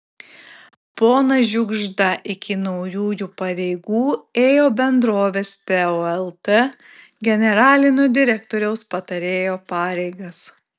ponas žiugžda iki naujųjų pareigų ėjo bendrovės teo lt generalinio direktoriaus patarėjo pareigas